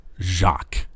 Jacques